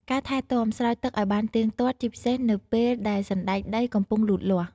ការថែទាំ ស្រោចទឹកឱ្យបានទៀងទាត់ ជាពិសេសនៅពេលដែលសណ្តែកដីកំពុងលូតលាស់។